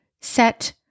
set